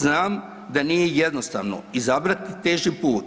Znam da nije jednostavno izabrati teži put